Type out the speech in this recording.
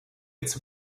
its